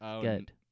Good